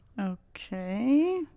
Okay